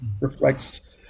reflects